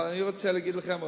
אבל אני רוצה להגיד לכם,